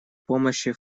помощи